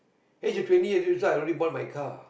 age of twenty eight years old I already bought my car